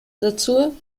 dazu